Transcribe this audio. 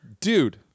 dude